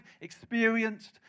experienced